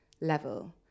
level